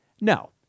no